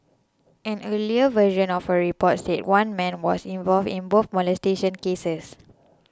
an earlier version of a report said one man was involved in both molestation cases